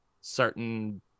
Certain